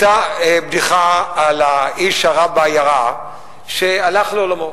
יש אותה בדיחה על האיש הרע בעיירה שהלך לעולמו,